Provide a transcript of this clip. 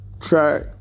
track